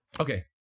okay